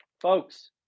Folks